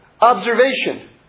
observation